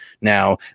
Now